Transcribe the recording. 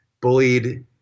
bullied